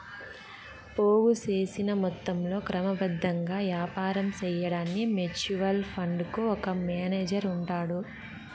పోగు సేసిన మొత్తంలో క్రమబద్ధంగా యాపారం సేయడాన్కి మ్యూచువల్ ఫండుకు ఒక మేనేజరు ఉంటాడు